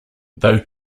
though